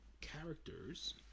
characters